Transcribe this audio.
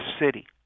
city